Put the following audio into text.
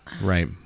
Right